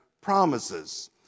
promises